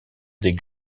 des